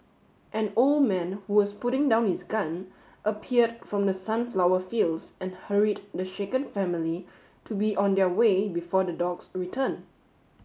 an old man who was putting down his gun appeared from the sunflower fields and hurried the shaken family to be on their way before the dogs return